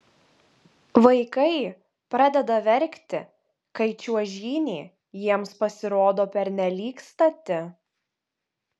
vaikai pradeda verkti kai čiuožynė jiems pasirodo pernelyg stati